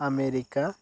America